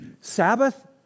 Sabbath